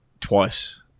twice